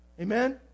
Amen